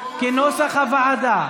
כנוסח הוועדה?